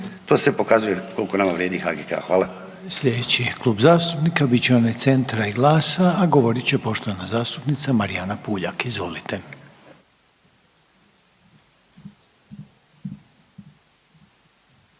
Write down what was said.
To sve pokazuje koliko nama vrijedi HGK-a. Hvala.